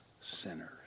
sinners